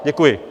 Děkuji.